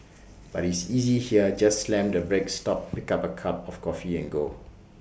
but is easy here just slam the brake stop pick A cup of coffee and go